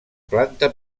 planta